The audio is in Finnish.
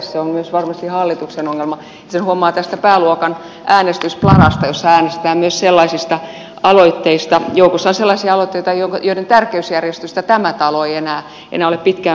se on varmasti myös hallituksen ongelma ja sen huomaa tästä pääluokan äänestysplarasta jossa joukossa on sellaisia aloitteita joiden tärkeysjärjestystä tämä talo ei enää pitkään aikaan ole käsitellyt